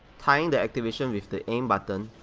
tying the activation with the aim button,